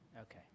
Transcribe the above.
Okay